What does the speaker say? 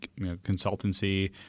consultancy